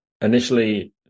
initially